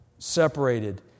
separated